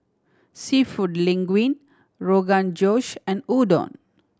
Seafood Linguine Rogan Josh and Udon